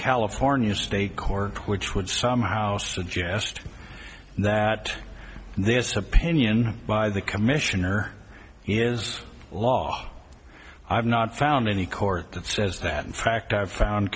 california stake or which would somehow suggest that this opinion by the commissioner is law i've not found any court that says that in fact i've found